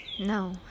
No